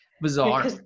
bizarre